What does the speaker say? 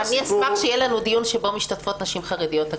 אני אשמח שיהיה לנו דיון שבו משתתפות נשים חרדיות.